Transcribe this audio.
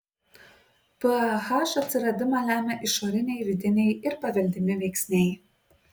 pah atsiradimą lemia išoriniai vidiniai ir paveldimi veiksniai